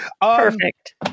Perfect